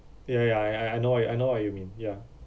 ya ya I I I know I know what you mean ya